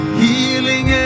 healing